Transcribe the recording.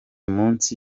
munsi